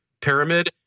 pyramid